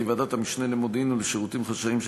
כי ועדת המשנה למודיעין ולשירותים חשאיים של